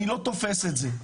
אני לא תופס את זה,